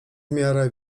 miarę